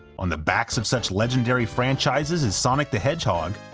on the backs of such legendary franchises as sonic the hedgehog,